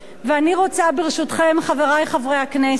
ואני רוצה, ברשותכם, חברי חברי הכנסת,